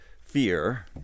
fear